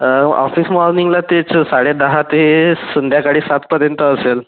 office मॉर्निंगला तेच साडेदहा ते संध्याकाळी सातपर्यंत असेल